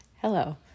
Hello